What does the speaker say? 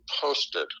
posted